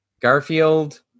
Garfield